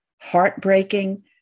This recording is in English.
heartbreaking